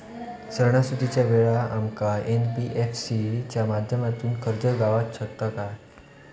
सणासुदीच्या वेळा आमका एन.बी.एफ.सी च्या माध्यमातून कर्ज गावात शकता काय?